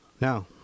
Now